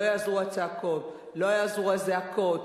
לא יעזרו הצעקות, לא יעזרו הזעקות.